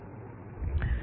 અમે તેને બાઉન્ડ કહીએ છીએ